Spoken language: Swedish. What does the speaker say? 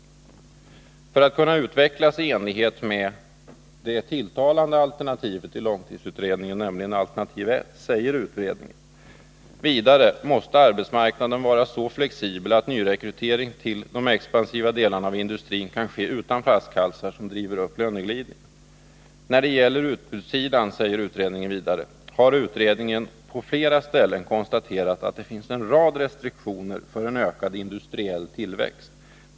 För att arbetsmarknaden skall kunna utvecklas i enlighet med det tilltalande alternativet i långtidsutredningen, nämligen alternativ 1, måste den vidare, säger utredningen, vara så flexibel att nyrekryteringen till de expansiva delarna av industrin kan ske utan flaskhalsar som driver upp löneglidningen. När det gäller utbudssidan har utredningen på flera ställen konstaterat att det finns en rad restriktioner för en ökad industriell tillväxt.